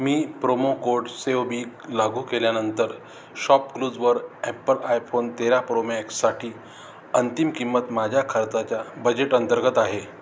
मी promo code save big लागू केल्यानंतर शॉपक्लूजवर ॲपल आयफोन तेरा प्रोमॅक्ससाठी अंतिम किंमत माझ्या खर्चाच्या बजेट अंतर्गत आहे